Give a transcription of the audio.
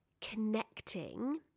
connecting